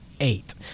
eight